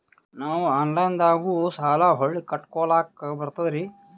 ನಾವು ಆನಲೈನದಾಗು ಸಾಲ ಹೊಳ್ಳಿ ಕಟ್ಕೋಲಕ್ಕ ಬರ್ತದ್ರಿ?